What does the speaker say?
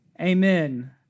Amen